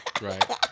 Right